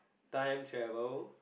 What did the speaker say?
time travel